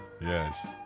Yes